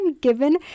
given